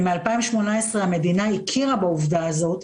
ומ-2018 המדינה הכירה בעובדה הזאת,